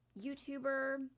YouTuber